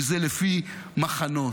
וזה לפי מחנות,